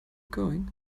going